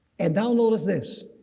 and now notice this.